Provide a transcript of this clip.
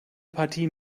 partie